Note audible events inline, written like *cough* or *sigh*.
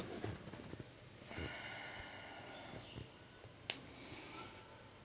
*breath*